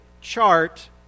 chart